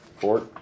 Fort